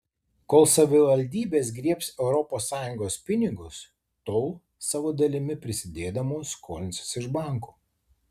kol savivaldybės griebs europos sąjungos pinigus tol savo dalimi prisidėdamos skolinsis iš bankų